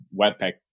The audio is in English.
Webpack